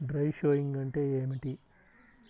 Dry sowing అంటే ఏమిటి?